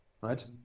right